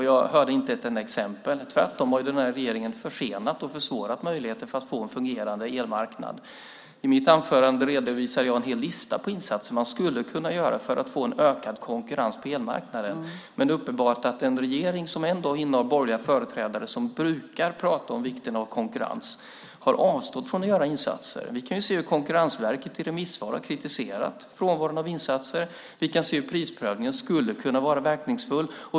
Jag hörde inte ett enda exempel. Tvärtom har den här regeringen försenat och försvårat möjligheterna att få en fungerande elmarknad. I mitt anförande redovisade jag en hel lista på insatser som man skulle kunna göra för att få en ökad konkurrens på elmarknaden. Men det är uppenbart att den regering som ändå har borgerliga företrädare som brukar prata om vikten av konkurrens har avstått från att göra insatser. Vi kan se hur Konkurrensverket i remissvar har kritiserat frånvaron av insatser. Vi kan se hur prisprövningen skulle kunna vara verkningsfull.